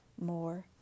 more